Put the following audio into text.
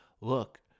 Look